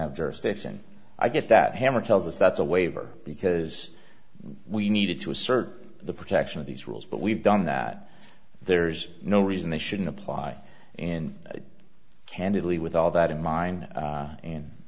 have jurisdiction i get that hammer tells us that's a waiver because we needed to assert the protection of these rules but we've done that there's no reason they shouldn't apply in candidly with all that in mind